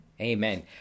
Amen